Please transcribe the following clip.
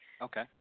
Okay